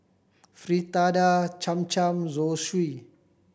Fritada Cham Cham Zosui